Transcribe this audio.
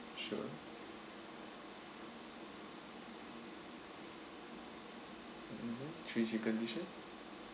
sure mmhmm three chicken dishes